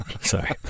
Sorry